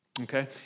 Okay